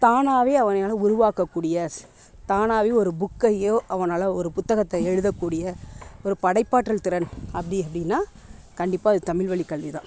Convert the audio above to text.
தானாகவே அவனால் உருவாக்கக் கூடிய தானாகவே ஒரு புக்கையோ அவனால் ஒரு புத்தகத்தை எழுதக் கூடிய ஒரு படைப்பாற்றல் திறன் அப்படி அப்படினா கண்டிப்பாக அது தமிழ் வழிக் கல்விதான்